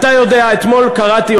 אתמול קראתי,